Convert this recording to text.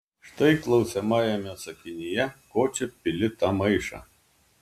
štai klausiamajame sakinyje ko čia pili tą maišą